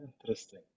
Interesting